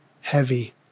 heavy